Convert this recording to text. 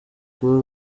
kuba